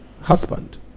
Husband